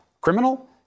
criminal